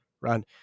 right